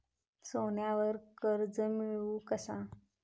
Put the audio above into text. सोन्यावर कर्ज मिळवू कसा?